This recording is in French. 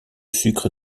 sucre